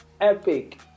epic